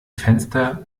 fenster